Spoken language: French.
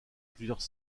plusieurs